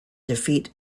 defeat